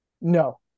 No